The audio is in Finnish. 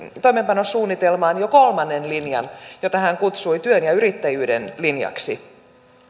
toimeenpanosuunnitelmaan jo kolmannen linjan jota hän kutsui työn ja yrittäjyyden linjaksi